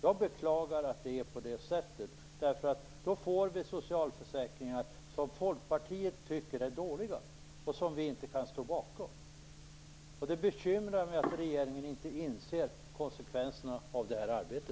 Jag beklagar att det är på det sättet. Då får vi socialförsäkringar som vi i Folkpartiet tycker är dåliga och som vi inte kan stå bakom. Det bekymrar mig att regeringen inte inser konsekvenserna av detta arbete.